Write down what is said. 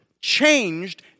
changed